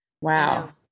Wow